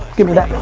give me that.